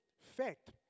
fact